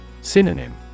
Synonym